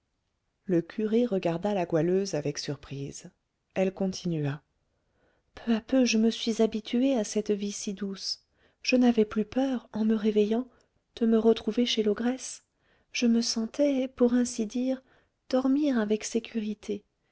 le curé regarda la goualeuse avec surprise elle continua peu à peu je me suis habituée à cette vie si douce je n'avais plus peur en me réveillant de me retrouver chez l'ogresse je me sentais pour ainsi dire dormir avec sécurité